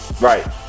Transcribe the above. Right